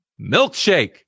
milkshake